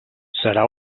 serà